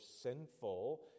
sinful